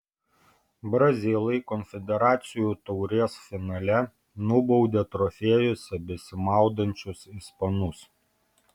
brazilai konfederacijų taurės finale nubaudė trofėjuose besimaudančius ispanus